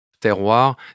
terroir